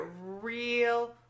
real